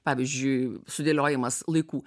pavyzdžiui sudėliojimas laikų